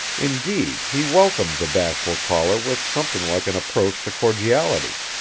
indeed he welcomed the bashful caller with something like an approach to cordiality.